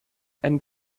and